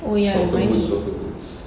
oh ya remind me